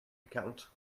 account